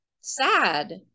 sad